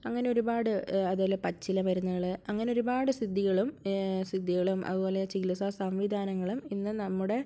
അങ്ങനെ ഒരുപാട് അതുപോലെ പച്ചില മരുന്നുകൾ അങ്ങനെ ഒരുപാട് സിദ്ധികളും സിദ്ധികളും അതുപോലെ ചികിത്സ സംവിധാനങ്ങളും ഇന്ന് നമ്മുടെ